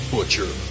Butcher